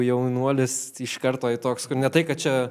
jaunuolis iš karto toks kur ne tai kad čia